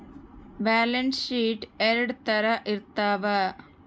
balance sheet ಎರಡ್ ತರ ಇರ್ತವ